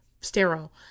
sterile